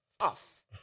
off